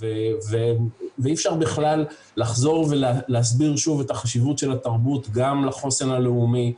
אי אפשר לחזור ולהסביר שוב את החשיבות של התרבות גם לחוסן הלאומי,